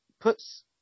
puts